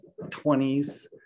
20s